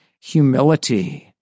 humility